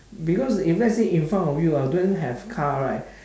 because if let's say in front of you ah don't have car right